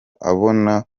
abona